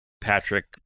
Patrick